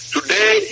Today